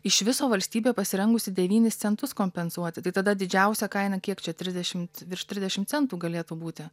iš viso valstybė pasirengusi devynis centus kompensuoti tai tada didžiausia kaina kiek čia trisdešimt virš trisdešim centų galėtų būti